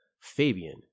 Fabian